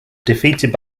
defeated